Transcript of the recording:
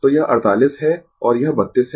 तो यह 48 है और यह 32 है